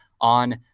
on